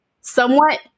somewhat